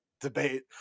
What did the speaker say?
debate